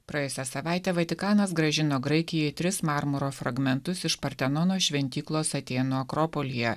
praėjusią savaitę vatikanas grąžino graikijai tris marmuro fragmentus iš partenono šventyklos atėnų akropolyje